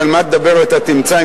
על מה לדבר כבר תמצא,